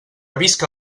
visca